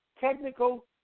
Technical